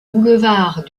boulevard